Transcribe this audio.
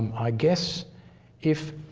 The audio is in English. i guess if